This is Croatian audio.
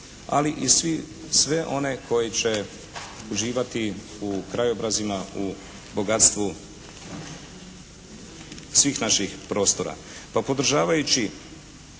ali i sve one koji će uživati u krajobrazima u bogatstvu svih naših prostora. Pa podržavajući